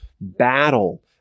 Battle